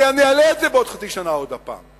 כי אני אעלה את זה בעוד חצי שנה עוד פעם,